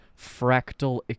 fractal